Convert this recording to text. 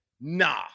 nah